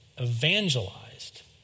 evangelized